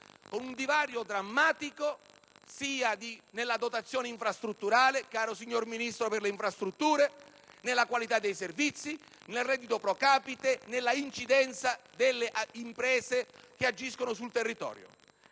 con un divario drammatico sia nella dotazione infrastrutturale, caro signor Ministro per le infrastrutture, che nella qualità dei servizi, nel reddito pro capite e nell'incidenza delle imprese che agiscono sul territorio.